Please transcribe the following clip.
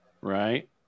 right